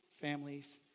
families